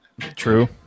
True